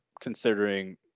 considering